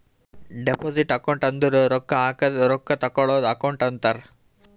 deposit account ಅಂದುರ್ ರೊಕ್ಕಾ ಹಾಕದ್ ರೊಕ್ಕಾ ತೇಕ್ಕೋಳದ್ ಅಕೌಂಟ್ ಅಂತಾರ್